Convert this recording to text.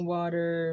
water